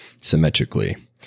symmetrically